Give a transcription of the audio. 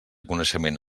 coneixement